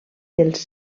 dels